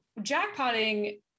jackpotting